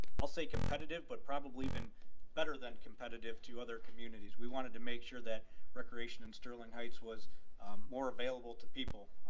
i'll say competitive, but probably even better than competitive to other communities. we wanted to make sure that recreation in sterling heights was more available to people.